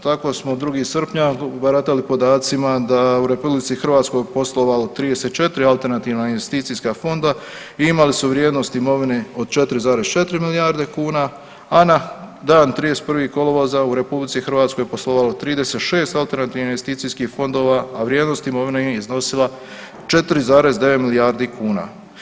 Tako smo 2. srpnja baratali podacima da u RH je poslovalo 34 alternativna investicijska fonda i imali su vrijednost imovine od 4,4 milijarde kuna a na dan 31. kolovoza u RH je poslovalo 36 otvorenih investicijskih fondova a vrijednost imovine im je iznosila 4,9 milijardi kuna.